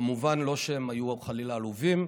לא במובן שהם היו חלילה עלובים,